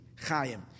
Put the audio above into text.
Chaim